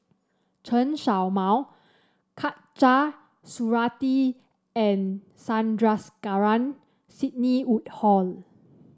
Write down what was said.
Chen Show Mao Khatijah Surattee and Sandrasegaran Sidney Woodhull